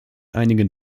einigen